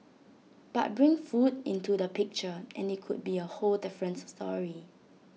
but bring food into the picture and IT could be A whole different story